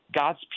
God's